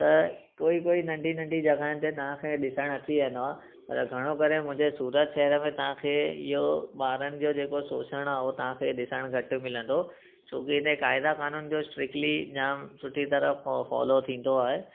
त कोई कोई नंढी नंढी जॻहियुनि ते तव्हांखे ॾिसणु अची वेंदो आहे पर घणो करे मुंहिंजे सूरत शहर में तव्हांखे इहो ॿारनि जो जेको शोषणु आहे उहो तव्हांखे ॾिसणु घटि मिलंदो छोकी हिते क़ाइदा क़ानून जो स्ट्रिक्ली जाम सुठी तरह फॉ फॉलो थींदो आहे